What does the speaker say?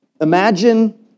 Imagine